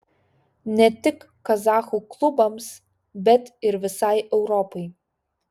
ne tik kazachų klubams bet ir visai europai